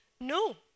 No